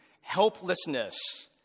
helplessness